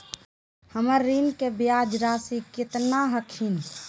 हमर ऋण के ब्याज रासी केतना हखिन?